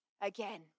again